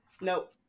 Nope